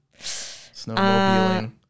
Snowmobiling